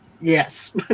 Yes